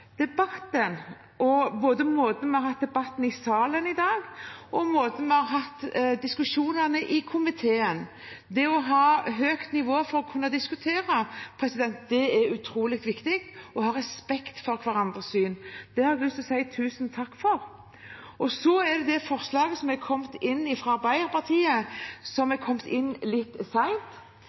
debatten og for måten vi har hatt debatten i salen i dag, og for måten vi har hatt diskusjoner i komiteen. Det å ha høyt nivå når vi diskuterer, og å ha respekt for hverandres syn, er utrolig viktig. Det har jeg lyst til å si tusen takk for. Så til det forslaget som er kommet litt sent fra Arbeiderpartiet. Slik den siste versjonen foreligger – denne saken kommer vi egentlig også tilbake til – er